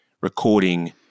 recording